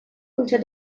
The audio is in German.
unter